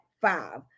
five